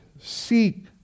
seek